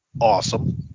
Awesome